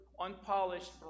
unpolished